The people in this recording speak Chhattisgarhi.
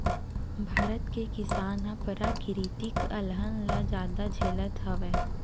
भारत के किसान ह पराकिरितिक अलहन ल जादा झेलत हवय